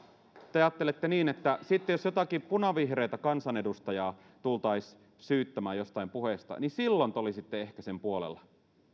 te ajattelette niin että jos jotakin punavihreätä kansanedustajaa tultaisiin syyttämään jostain puheesta niin silloin te olisitte ehkä